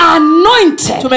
anointed